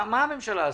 מה הממשלה עשתה?